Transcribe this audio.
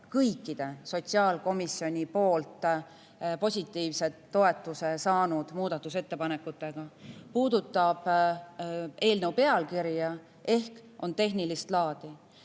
kõikide sotsiaalkomisjonilt positiivse toetuse saanud muudatusettepanekutega –, puudutab eelnõu pealkirja ehk on tehnilist laadi.